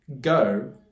go